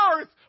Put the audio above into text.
earth